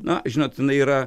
na žinot jinai yra